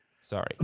Sorry